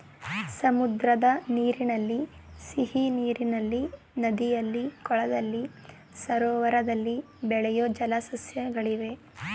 ಸಮುದ್ರದ ನೀರಿನಲ್ಲಿ, ಸಿಹಿನೀರಿನಲ್ಲಿ, ನದಿಯಲ್ಲಿ, ಕೊಳದಲ್ಲಿ, ಸರೋವರದಲ್ಲಿ ಬೆಳೆಯೂ ಜಲ ಸಸ್ಯಗಳಿವೆ